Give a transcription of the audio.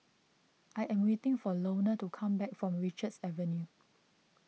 I am waiting for Launa to come back from Richards Avenue